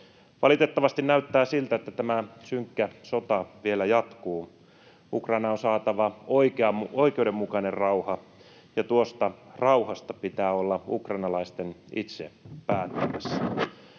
Valitettavasti näyttää siltä, että tämä synkkä sota vielä jatkuu. Ukrainaan on saatava oikeudenmukainen rauha, ja tuosta rauhasta pitää olla ukrainalaisten itse päättämässä.